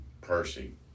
Percy